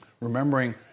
Remembering